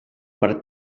per